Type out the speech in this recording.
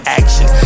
action